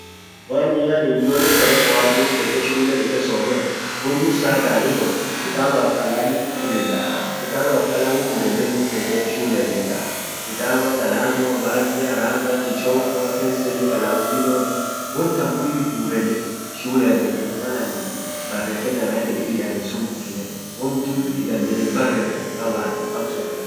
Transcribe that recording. waanin yaani ijolle charekoa dub deke shule deke somet won dursa taan ito kitabaf kalamu fudedaa kitabaf kalamu fudede dub deke shulean dekaa kitaba, kalamua, baggia rabaa, kichongoa peselli, kalamu winoati won tam kulli gulede shulean deke malanini barrefed anan yeden ili aninsumbukine wondulli dandee itbareffed kabadu aksun ana rahisia